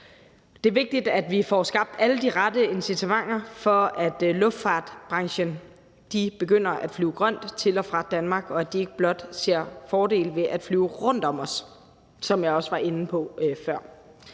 Det er vigtigt, at vi får skabt alle de rette incitamenter til, at luftfartsbranchen begynder at flyve grønt til og fra Danmark, og at man i branchen ikke blot ser fordele ved at flyve rundt om os, som jeg også var inde på før.